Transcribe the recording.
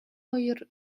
хоёр